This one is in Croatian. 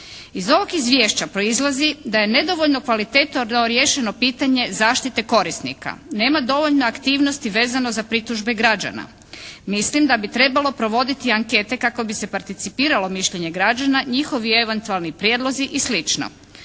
Iz ovog izvješća proizlazi da je nedovoljno kvalitetno riješeno pitanje zaštite korisnika. Nema dovoljno aktivnosti vezano za pritužbe građana. Mislim da bi trebalo provoditi ankete kako bi se participiralo mišljenje građana, njihovi eventualni prijedlozi i